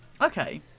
okay